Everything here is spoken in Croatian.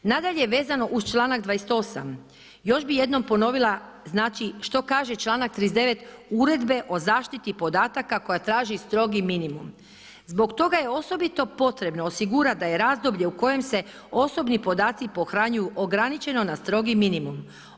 Nadalje, vezano uz čl. 28. još bi jednom ponovila, znači, što kaže čl. 39. uredbe o zaštiti podataka, koja traži strogi minimum, zbog toga je osobito potrebno osigurati da je razdoblje u kojem se osobni podaci pohranjuju ograničeno na strogi minimum.